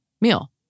meal